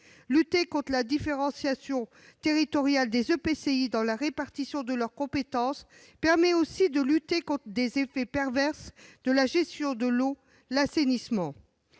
Lutter contre la différenciation territoriale des EPCI pour la répartition des compétences permet aussi de lutter contre certains effets pervers de la gestion de l'eau et de l'assainissement.